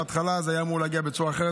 בהתחלה זה היה אמור להגיע בצורה אחרת,